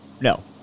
no